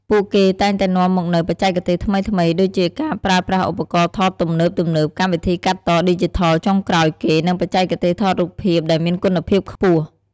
ពួកគេតែងតែនាំមកនូវ បច្ចេកទេសថ្មីៗ ដូចជាការប្រើប្រាស់ឧបករណ៍ថតទំនើបៗ កម្មវិធីកាត់តឌីជីថលចុងក្រោយគេ និងបច្ចេកទេសថតរូបភាពដែលមានគុណភាពខ្ពស់។